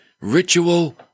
ritual